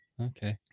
Okay